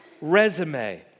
resume